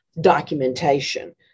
documentation